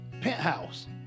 penthouse